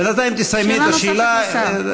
בינתיים תסיימי את השאלה.